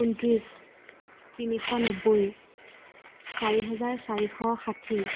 ঊনত্ৰিছ তিনিশ নব্বৈ চাৰি হেজাৰ চাৰিশ ষাঠি